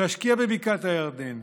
תשקיע בבקעת הירדן.